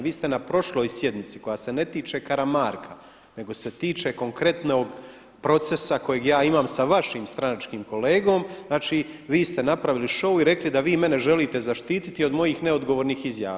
Vi ste na prošloj sjednici koja se ne tiče Karamarka nego se tiče konkretnog procesa kojeg ja imam sa vašim stranačkim kolegom, znači vi ste napravili show i rekli da vi mene želite zaštititi od mojih neodgovornih izjava.